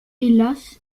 hélas